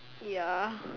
ya